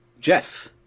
Jeff